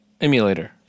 emulator